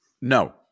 No